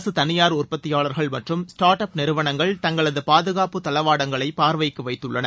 அரசு தனியார் உற்பத்தியாளர்கள் மற்றம் ஸ்டார்ட் அப் நிறுவனங்கள் தங்களது பாதுகாப்பு தளவாடங்களை பார்வைக்கு வைத்துள்ளனர்